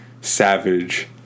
savage